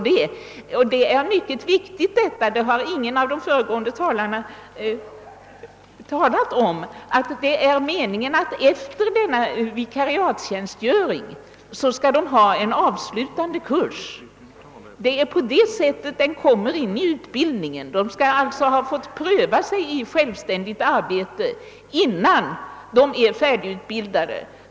Det viktiga är, vilket ingen av de föregående talarna har nämnt, att barnmorskorna efter denna vikariatstjänstgöring skall ha en avslutande kurs. Det är på det sättet vikariatstjänstgöringen kommer in i utbildningen. Eleverna skall ha fått pröva på självständigt arbete innan de anses färdigutbil dade.